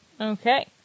okay